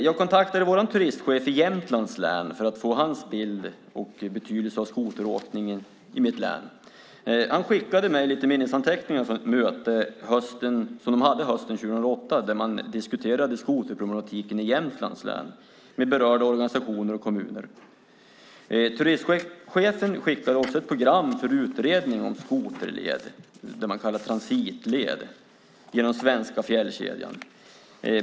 Jag kontaktade vår turistchef i Jämtlands län för att få hans bild av betydelsen av skoteråkningen i mitt län. Han skickade mig lite minnesanteckningar från ett möte som de hade hösten 2008 där de diskuterade skoterproblematiken i Jämtlands län med berörda organisationer och kommuner. Turistchefen skickade också ett program för en utredning om det man kallar transitled genom den svenska fjällkedjan.